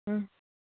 ம்